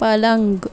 پلنگ